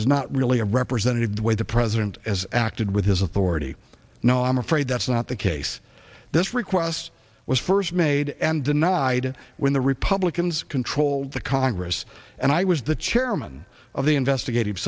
is not really a representative the way the president as acted with his authority no i'm afraid that's not the case this request was first made and denied when the republicans controlled the congress and i was the chairman of the investigative